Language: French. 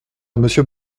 monsieur